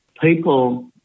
people